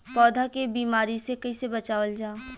पौधा के बीमारी से कइसे बचावल जा?